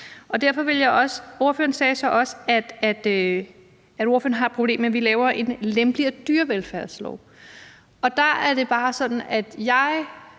Ordføreren sagde også, at han har et problem med, at vi laver en lempeligere dyrevelfærdslov. Der er det bare sådan, at det,